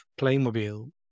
Playmobil